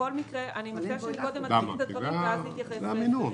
אני מציעה שקודם נציג את הדברים ואז נתייחס לשאלות.